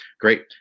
great